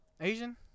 Asian